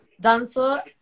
Dancer